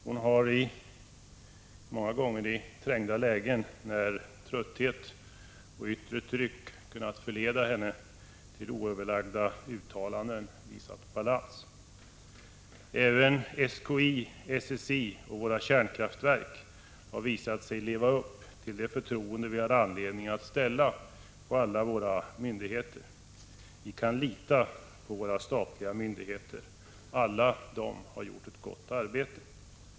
Hon har, många gånger i trängda lägen, där trötthet och yttre tryck kunnat förleda henne till oöverlagda uttalanden, visat balans. Även SKI, SSI och våra kärnkraftverk har visat sig leva upp till det förtroende som vi har anledning att hysa för alla våra myndigheter. Vi kan lita på våra statliga myndigheter — de har alla gjort ett gott arbete.